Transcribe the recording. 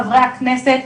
חברי הכנסת,